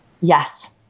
Yes